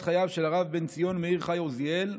חייו של הרב בן ציון מאיר חי עוזיאל,